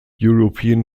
european